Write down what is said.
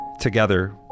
together